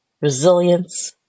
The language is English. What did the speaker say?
resilience